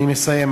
אני מסיים.